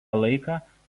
laiką